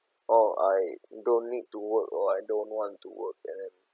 oh I don't need to work or I don't want to work and then